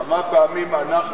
כמה פעמים אנחנו,